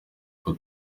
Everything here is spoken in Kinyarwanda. ngo